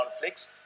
conflicts